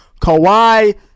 Kawhi